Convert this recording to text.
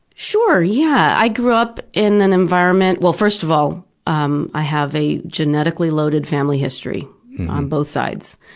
sure, yeah. i grew up in an environment well, first of all, um i have a genetically loaded family history on both sides,